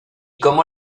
cómo